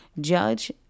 judge